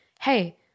hey